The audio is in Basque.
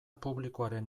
publikoaren